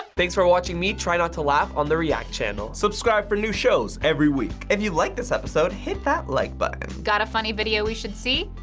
thanks for watching me try not to laugh on the react channel. subscribe for new shows every week. if you like this episode, hit that like button. got a funny video we should see?